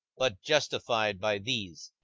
but justified by these.